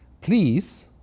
please